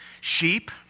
sheep